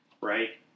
right